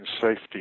Safety